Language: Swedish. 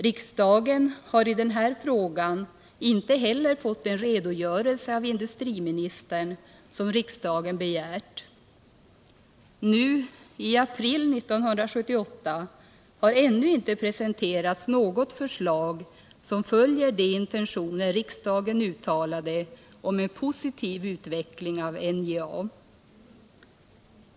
Riks dagen har i den frågan inte heller fått den redogörelse av industriministern som riksdagen begärt. Nu, i april 1978, har ännu inte presenterats något förslag som följer de intentioner riksdagen uttalade om en positiv utveckling av NJA.